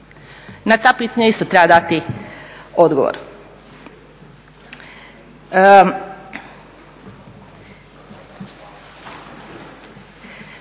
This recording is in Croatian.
Na ta pitanja isto treba dati odgovor.